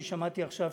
אני שמעתי עכשיו